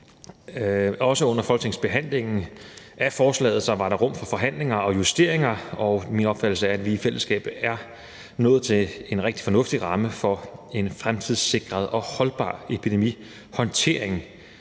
Også under folketingsbehandlingen af forslaget var der rum for forhandlinger og justeringer, og min opfattelse er, at vi i fællesskab er nået til en rigtig fornuftig ramme for en fremtidssikret og holdbar epidemihåndtering,